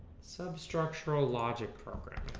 substructural logic programming,